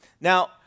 Now